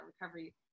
recovery